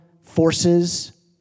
forces